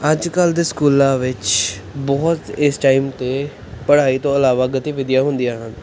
ਅੱਜ ਕੱਲ੍ਹ ਦੇ ਸਕੂਲਾਂ ਵਿੱਚ ਬਹੁਤ ਇਸ ਟਾਈਮ 'ਤੇ ਪੜ੍ਹਾਈ ਤੋਂ ਇਲਾਵਾ ਗਤੀਵਿਧੀਆਂ ਹੁੰਦੀਆਂ ਹਨ